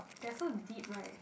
they're so deep right